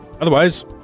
Otherwise